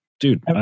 Dude